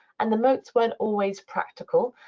and the moats weren't always practical.